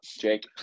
Jake